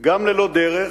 גם ללא דרך,